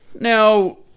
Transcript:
now